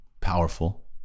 powerful